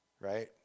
right